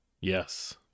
yes